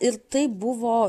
ir taip buvo